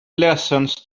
lessons